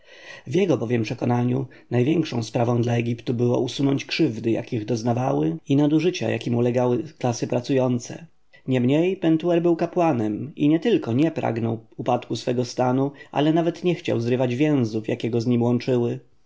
w jego bowiem przekonaniu największą sprawą dla egiptu było usunąć krzywdy jakich doznawały i nadużycia jakim ulegały klasy pracujące niemniej pentuer był kapłanem i nietylko nie pragnął upadku swego stanu ale nawet nie chciał zrywać węzłów jakie go z nim łączyły